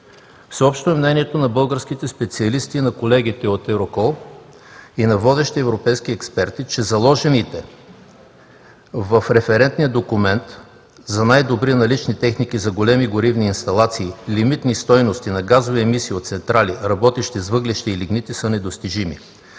Всеобщо е мнението на българските специалисти, на колегите от ЕВРОКОЛ и на водещи европейски експерти, че заложените в референтния документ за най-добри налични техники за големи горивни инсталации лимитни стойности на газови емисии от централи, работещи с въглища и лигнити са недостижими.